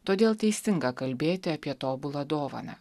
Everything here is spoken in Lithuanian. todėl teisinga kalbėti apie tobulą dovaną